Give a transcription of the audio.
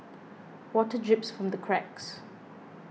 water drips from the cracks